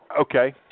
Okay